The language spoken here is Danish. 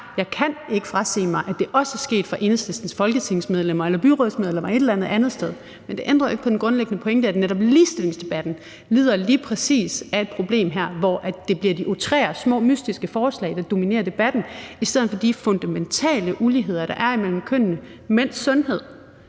jeg ikke frasige mig, at det også er sket for Enhedslistens folketingsmedlemmer, byrådsmedlemmer eller medlemmer et eller andet sted. Men det ændrer jo ikke på den grundlæggende pointe, at netop ligestillingsdebatten lider lige præcis af et problem her, altså med, at det bliver de outrerede små mystiske forslag, der dominerer debatten, i stedet for de fundamentale uligheder, der er, imellem kønnene: mænds sundhed,